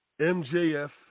MJF